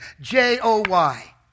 J-O-Y